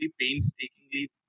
painstakingly